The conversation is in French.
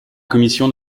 commission